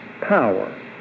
power